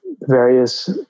various